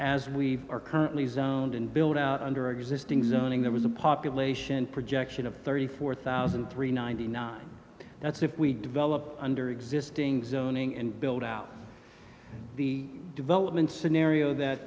we are currently zoned and build out under existing learning there was a population projection of thirty four thousand three ninety nine that's if we develop under existing zoning and build out the development scenario that